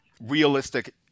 realistic